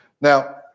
Now